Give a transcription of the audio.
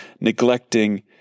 neglecting